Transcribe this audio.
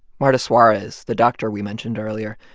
marta suarez, the doctor we mentioned earlier,